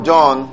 John